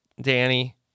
Danny